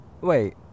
Wait